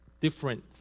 different